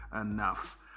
enough